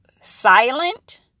silent